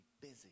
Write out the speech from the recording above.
busy